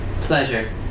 Pleasure